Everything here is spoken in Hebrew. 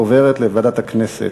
עוברת לוועדת הכנסת.